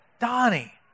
Donnie